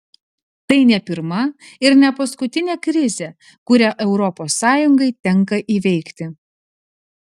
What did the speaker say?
tai ne pirma ir ne paskutinė krizė kurią europos sąjungai tenka įveikti